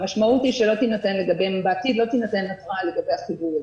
המשמעות היא שבעתיד לא תינתן התראה לגבי החיווי.